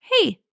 Hey